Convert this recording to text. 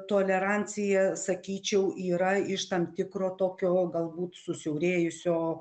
tolerancija sakyčiau yra iš tam tikro tokio galbūt susiaurėjusio